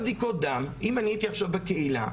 אם אני הייתי עכשיו בקהילה,